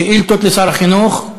שאילתות לשר החינוך.